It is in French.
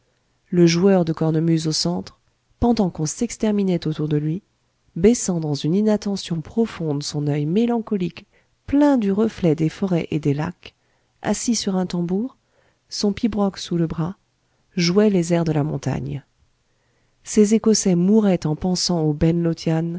le joueur de cornemuse au centre pendant qu'on s'exterminait autour de lui baissant dans une inattention profonde son oeil mélancolique plein du reflet des forêts et des lacs assis sur un tambour son pibroch sous le bras jouait les airs de la montagne ces écossais mouraient en pensant au ben